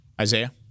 Isaiah